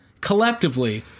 collectively